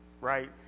right